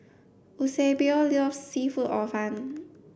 Eusebio loves seafood Hor Fun